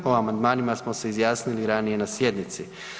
O amandmanima smo se izjasnili ranije na sjednici.